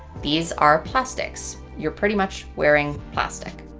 these are plastics. you're pretty much wearing plastic.